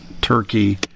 Turkey